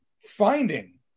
finding